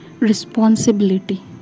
responsibility